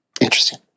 Interesting